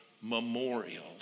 memorial